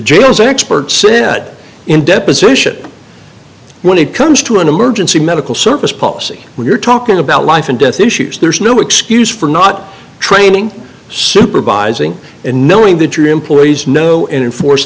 are experts in deposition when it comes to an emergency medical service policy when you're talking about life and death issues there's no excuse for not training supervising and knowing that your employees know enforce